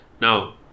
Now